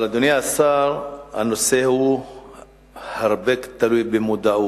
אבל, אדוני השר, הנושא תלוי הרבה במודעות,